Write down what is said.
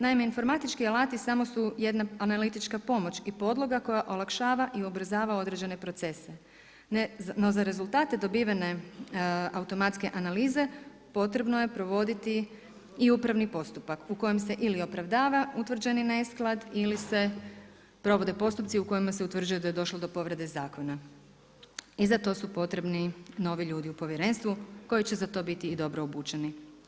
Naime, informatički alati samo su jedna analitička pomoć i podloga koja olakšava i ubrzava određene procese no za rezultate dobivene automatske analize, potrebno je provoditi i upravni postupak u kojem se ili opravdava utvrđeni nesklad ili se provodi postupci u kojima se utvrđuje da je došlo do povrede zakona i za to su potrebni novi ljudi u povjerenstvu koji će za to biti i dobro obučeni.